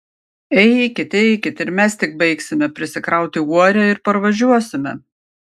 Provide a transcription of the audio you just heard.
eikit eikit ir mes tik baigsime prisikrauti uorę ir parvažiuosime